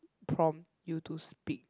prompt you to speak